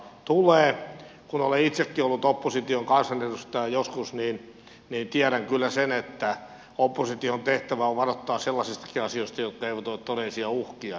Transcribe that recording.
kun olen itsekin ollut opposition kansanedustaja joskus niin tiedän kyllä sen että opposition tehtävä on varoittaa sellaisistakin asioista jotka eivät ole todellisia uhkia